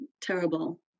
terrible